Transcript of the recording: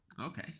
Okay